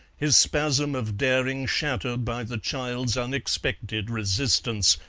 his spasm of daring shattered by the child's unexpected resistance,